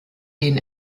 den